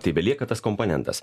tai belieka tas komponentas